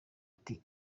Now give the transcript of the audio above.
ati